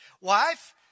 Wife